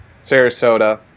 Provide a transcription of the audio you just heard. Sarasota